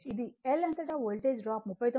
ఇది L అంతటా voltage drop 39